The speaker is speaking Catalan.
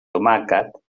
tomàquet